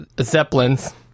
Zeppelins